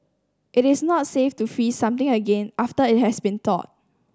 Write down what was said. it is not safe to freeze something again after it has been thawed